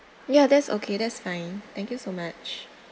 ya that's okay that's fine thank you so much